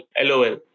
LOL